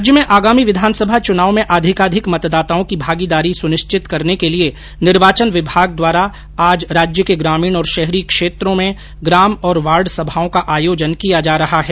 राज्य में आगामी विधानसभा चुनाव में अधिकाधिक मतदाताओं की भागीदारी सुनिश्चित करने के लिए निर्वाचन विभाग द्वारा आज राज्य के ग्रामीण और शहरी क्षेत्रों में ग्राम और वार्ड सभाओं का आयोजन किया जा रहा है